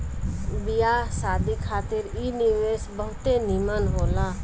बियाह शादी खातिर इ निवेश बहुते निमन होला